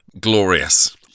glorious